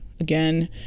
again